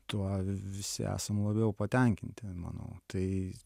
tuo visi esam labiau patenkinti manau tai